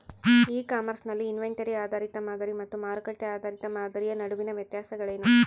E commerce ನಲ್ಲಿ inventory ಆಧಾರಿತ ಮಾದರಿ ಮತ್ತು ಮಾರುಕಟ್ಟೆ ಆಧಾರಿತ ಮಾದರಿಯ ನಡುವಿನ ವ್ಯತ್ಯಾಸಗಳೇನು?